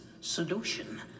Solution